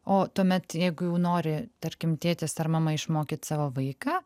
o tuomet jeigu jau nori tarkim tėtis ar mama išmokyt savo vaiką